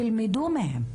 תלמדו מהן,